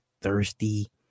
thirsty